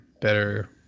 better